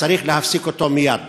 וצריך להפסיק אותו מייד.